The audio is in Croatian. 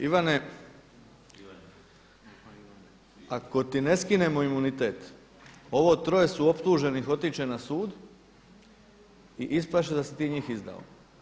Ivane ako ti ne skinemo imunitet ovo troje suoptuženih otiće na sud i ispast će da si ti njih izdao.